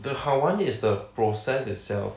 the 好玩 is the process itself